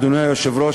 אדוני היושב-ראש,